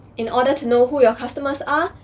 in order to know who your customers ah